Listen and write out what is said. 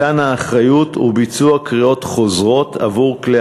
מתן אחריות וביצוע קריאות חוזרות עבור כלי